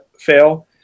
fail